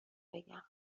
بگم